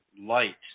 light